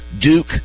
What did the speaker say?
Duke